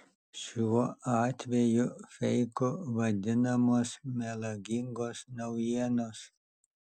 šiuo atveju feiku vadinamos melagingos naujienos